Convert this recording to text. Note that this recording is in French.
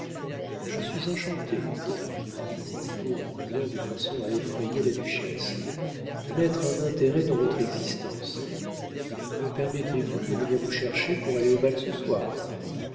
je suis enchanté répondit montriveau en riant de façon à effrayer la duchesse de mettre un intérêt dans votre existence me permettrez-vous de venir vous chercher pour aller au bal ce soir